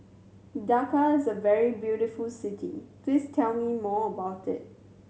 Dakar is a very beautiful city please tell me more about it